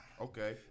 Okay